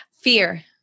Fear